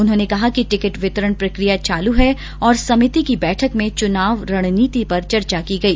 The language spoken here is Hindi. उन्होंने कहा कि टिकट वितरण प्रक्रिया चालू हैं और समिति की बैठक में चुनाव रणनीति पर चर्चा की गई